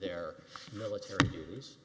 their military duties